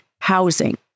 housing